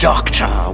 Doctor